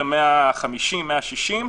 (דיונים בבתי משפט ובבתי דין בהשתתפות